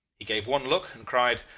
he gave one look, and cried,